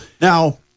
Now